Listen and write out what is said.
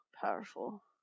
powerful